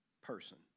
person